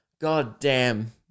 goddamn